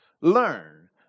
learn